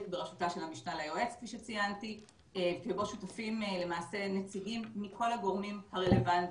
בראשותה של המשנה ליועץ שבו שותפים נציגים מכל הגורמים הרלוונטיים,